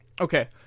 okay